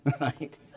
Right